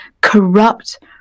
corrupt